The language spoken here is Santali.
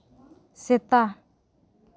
ᱥᱮᱛᱟ